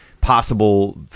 possible